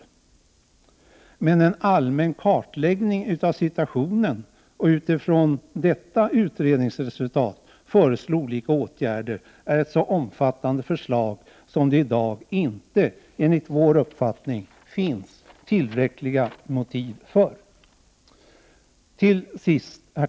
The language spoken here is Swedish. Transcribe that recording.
Men att vi skulle göra en allmän kartläggning av situationen och utifrån resultatet av denna utredning föreslå olika åtgärder är ett allför omfattande förslag, som det i dag inte enligt vår uppfattning finns tillräckliga motiv för. Herr talman!